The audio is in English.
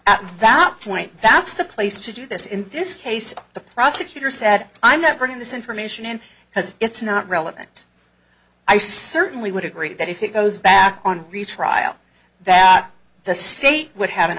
at that point that's the place to do this in this case the prosecutor said i'm not bringing this information in has it's not relevant i certainly would agree that if it goes back on retrial that the state would have an